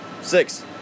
Six